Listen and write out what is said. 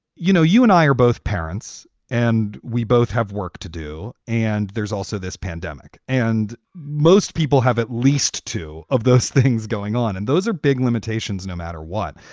you know, you and i are both parents and we both have work to do. and there's also this pandemic. pandemic. and most people have at least two of those things going on. and those are big limitations no matter what.